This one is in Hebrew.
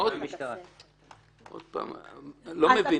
אני לא מבין.